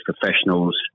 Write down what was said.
professionals